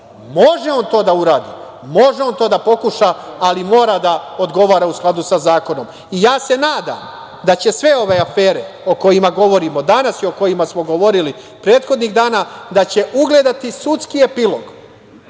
Može on to da uradi, može on to da pokuša, ali mora da odgovara u skladu sa zakonom. Nadam se da će sve ove afere o kojima govorimo danas i o kojima smo govorili prethodnih dana da će ugledati sudski epilog